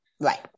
Right